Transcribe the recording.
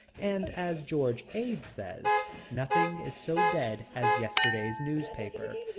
and as george ade says nothing is so dead as yesterday's newspaper.